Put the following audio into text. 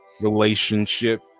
relationship